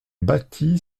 bâti